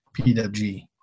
PWG